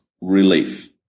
relief